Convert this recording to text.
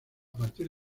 partir